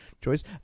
choice